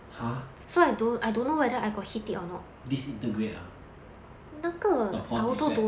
!huh! disintegrate ah upon impact